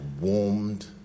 warmed